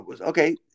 Okay